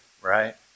right